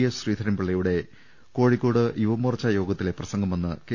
S ശ്രീധരൻപിള്ളയുടെ കോഴിക്കോട് യുവമോർച്ച യോഗത്തിലെ പ്രസംഗമെന്ന് കെ